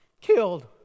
killed